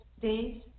days